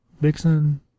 Vixen